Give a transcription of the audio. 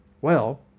Well